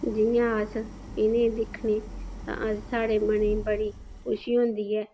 जि'यां अस इ'नेंगी दिक्खने साढ़े मनै गी बडी खुशी होंदी ऐ